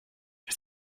ist